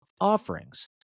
offerings